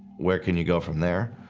where can you go from there?